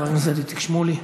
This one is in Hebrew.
חבר הכנסת איציק שמולי.